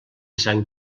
sant